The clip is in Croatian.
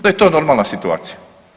Da je to normalna situacija.